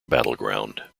battleground